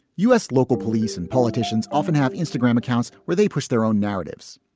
u s. local police and politicians often have instagram accounts where they push their own narratives.